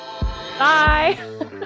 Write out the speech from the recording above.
Bye